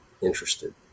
interested